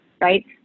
right